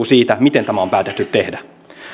siitä miten on päätetty tehdä